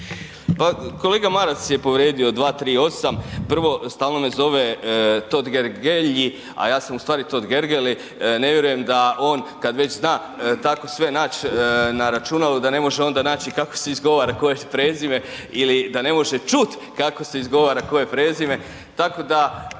Pa kolega Maras je povrijedio 238, prvo stalno me zove Totgergelji, a ja sam u stvari Totgergeli, ne vjerujem da on, kad već zna tako sve nać na računalu, da ne može onda nać i kako se izgovara koje prezime ili da ne može čut kako se izgovara koje prezime, tako da